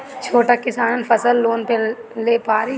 छोटा किसान फसल लोन ले पारी?